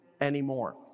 anymore